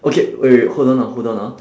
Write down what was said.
okay wait wait wait hold on ah hold on ah